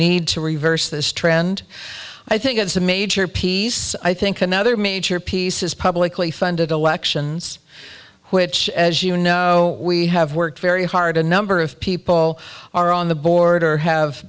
need to reverse this trend i think it's a major piece i think another major piece is publicly funded elections which as you know we have worked very hard a number of people are on the board or have